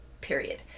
period